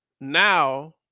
Now